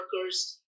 workers